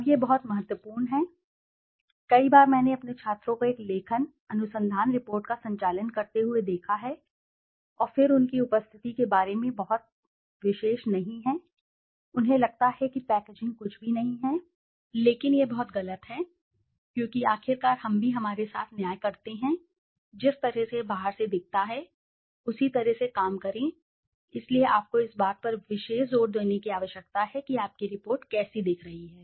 अब यह बहुत महत्वपूर्ण है बहुत बार कई बार मैंने अपने छात्रों को एक लेखन अनुसंधान रिपोर्ट का संचालन करते हुए देखा है और फिर उनकी उपस्थिति के बारे में बहुत विशेष नहीं है उन्हें लगता है कि पैकेजिंग कुछ भी नहीं है लेकिन यह बहुत गलत है क्योंकि आखिरकार हम भी हमारे साथ न्याय करते हैं जिस तरह से यह बाहर से दिखता है उसी तरह से काम करें इसलिए आपको इस बात पर विशेष जोर देने की आवश्यकता है कि आपकी रिपोर्ट कैसी दिख रही है